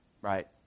right